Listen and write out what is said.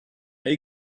are